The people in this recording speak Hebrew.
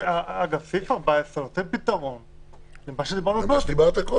סעיף (14) נותן פתרון למה שדיברנו קודם,